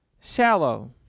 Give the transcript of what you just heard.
shallow